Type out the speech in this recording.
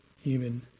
human